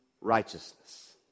righteousness